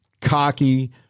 cocky